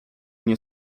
nie